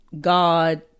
God